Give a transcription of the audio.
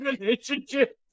relationship